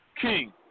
King